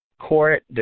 court